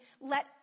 let